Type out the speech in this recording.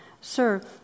Sir